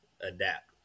Adapt